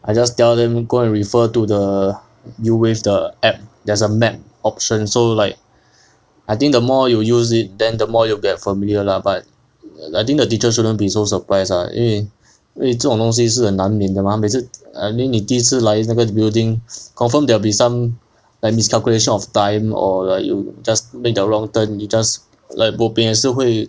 I just tell them go and refer to the new wave the app there's a map option so like I think the more you use it then the more you get familiar lah but I think the teacher shouldn't be so surprised lah 因为因为这种东西也是难免的吗 I mean 你第一次来那个 building confirm there will be some like miss calculation of time or like you just make the wrong turn you just like bo pian 也是会